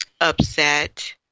upset